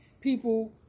people